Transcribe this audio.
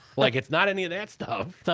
like, it's not any of that stuff.